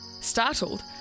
Startled